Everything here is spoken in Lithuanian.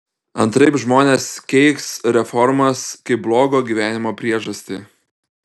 antraip žmonės keiks reformas kaip blogo gyvenimo priežastį